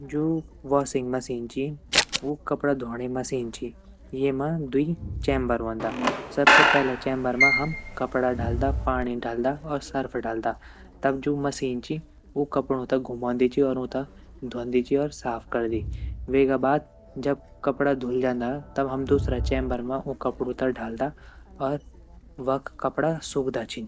जू washing machine ची ऊ कपड़ा ध्वोंणे मशीन ची येमा द्वि चैम्बर वोंदा सबसे पहला चैम्बर म हम कपड़ा डालदा पाणी डालदा और सर्फ डालदा तब जू मशीन ची ऊ कपड़ू त घुमोंदी ची और ऊँ त ध्वोंदी ची और साफ़ करदी वेगा बाद जब कपड़ा धूल जंदा तब हम दूसरा चैम्बर म ऊँ कपड़ू त डालदा और वख़ कपड़ा सुखदा छीन।